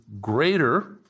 greater